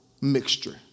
mixture